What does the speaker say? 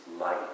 light